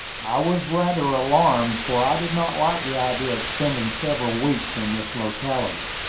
i was rather alarmed, for i did not like the idea of spending several weeks in this locality,